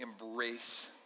Embrace